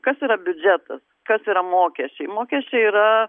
kas yra biudžetas kas yra mokesčiai mokesčiai yra